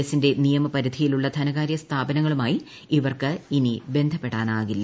എസിന്റെ നിയമ പരിധിയിലുള്ള ധനകാര്യ സ്ഥാപനങ്ങളുമായി ഇവർക്ക് ഇനി ബന്ധപ്പെടാനാകില്ല